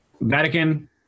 Vatican